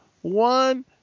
One